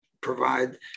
provide